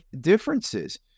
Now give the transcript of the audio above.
differences